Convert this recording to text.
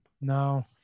No